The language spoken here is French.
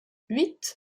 huit